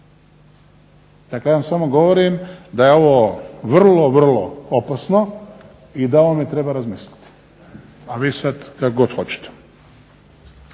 Dakle, ja vam samo govorim da je ovo vrlo, vrlo opasno i da o ovome treba razmisliti. A vi sad kako god hoćete.